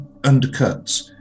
undercuts